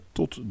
tot